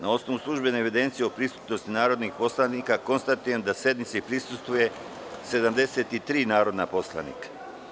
Na osnovu službene evidencije o prisutnosti narodnih poslanika, konstatujem da sednici prisustvuje 86 narodnih poslanika.